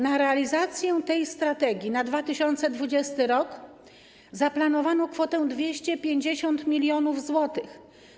Na realizację tej strategii na 2020 r. zaplanowano kwotę 250 mln zł.